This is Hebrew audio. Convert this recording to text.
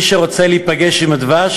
מי שרוצה להיפגש עם הדבש,